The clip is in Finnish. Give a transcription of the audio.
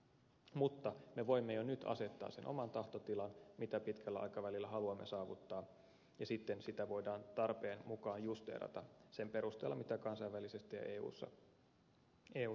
mutta me voimme jo nyt asettaa sen oman tahtotilan mitä pitkällä aikavälillä haluamme saavuttaa ja sitten sitä voidaan tarpeen mukaan justeerata sen perusteella mitä kansainvälisesti ja eussa linjataan